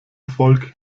volk